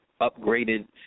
upgraded